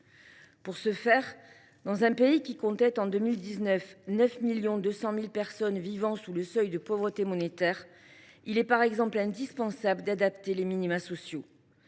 Pour ce faire, dans un pays qui comptait, en 2019, 9,2 millions de personnes vivant sous le seuil de pauvreté monétaire, il est par exemple indispensable d’adapter les minima sociaux.